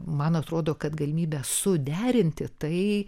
man atrodo kad galimybė suderinti tai